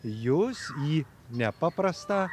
jus į nepaprastą